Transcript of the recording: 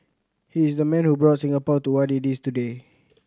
he is the man who brought Singapore to what it is today